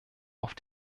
auf